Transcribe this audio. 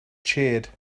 cheered